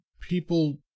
people